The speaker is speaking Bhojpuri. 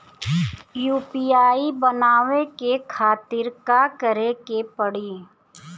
यू.पी.आई बनावे के खातिर का करे के पड़ी?